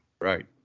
right